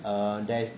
err there's